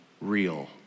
real